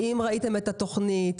האם ראיתם את התוכנית?